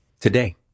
Today